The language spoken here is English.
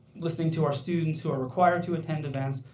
listening to our students who are required to attend events,